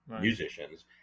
musicians